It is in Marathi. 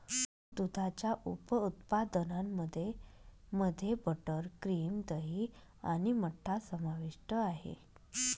दुधाच्या उप उत्पादनांमध्ये मध्ये बटर, क्रीम, दही आणि मठ्ठा समाविष्ट आहे